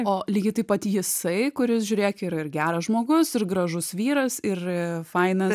o lygiai taip pat jisai kuris žiūrėk yra ir geras žmogus ir gražus vyras ir fainas